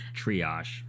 triage